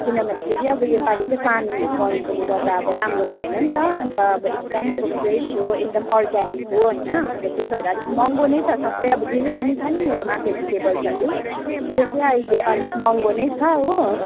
किनभने फेरि अब योपालि चाहिँ पानीहरू परेकोले गर्दा अब राम्रो भएन नि त अन्त अब एकदम अब फ्रेस हो एकदम अर्ग्यानिक हो होइन अन्त त्यही भएर अलिक महँगो नै छ सबै अब जे जे पनि छ नि मेरोमा भेजिटेबल्सहरू त्यो चाहिँ अहिले अलिक महँगो नै छ हो